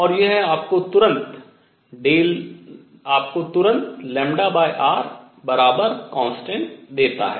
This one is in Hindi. और यह आपको तुरंत rconstant देता है